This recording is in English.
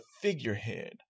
figurehead